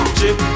chip